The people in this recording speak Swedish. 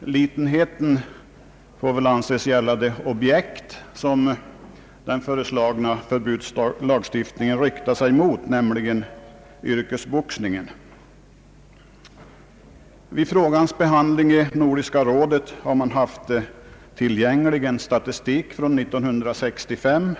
Litenheten får väl anses gälla det objekt som den föreslagna förbudslagstiftningen riktar sig mot, nämligen yrkesboxningen. Vid frågans behandling i Nordiska rådet fanns tillgänglig en statistik från 1965,